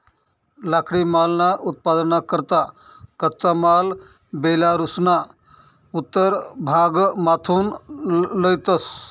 लाकडीमालना उत्पादनना करता कच्चा माल बेलारुसना उत्तर भागमाथून लयतंस